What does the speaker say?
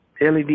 LED